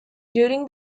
during